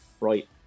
right